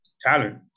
talent